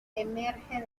emerge